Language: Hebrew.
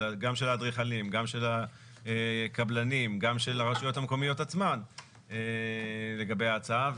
גם של האדריכלים וגם של הקבלנים והרשויות המקומיות עצמן לגבי ההצעה,